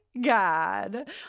god